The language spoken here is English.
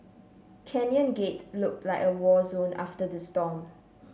Canyon Gate looked like a war zone after the storm